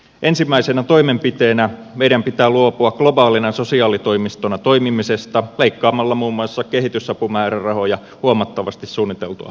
ensimmäisenä toimenpiteenä meidän pitää luopua globaalina sosiaalitoimistona toimimisesta leikkaamalla muun maussa kehitysapumäärärahoja huomattavasti suunniteltua enemmän